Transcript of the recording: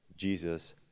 Jesus